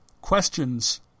questions